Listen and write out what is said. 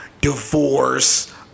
divorce